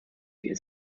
wir